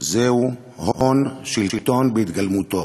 זה הון-שלטון בהתגלמותו